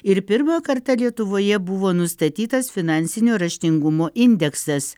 ir pirmą kartą lietuvoje buvo nustatytas finansinio raštingumo indeksas